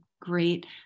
great